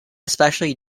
especially